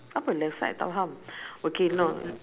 apa left side tak faham okay no